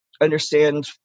understand